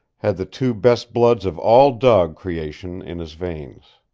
had the two best bloods of all dog creation in his veins.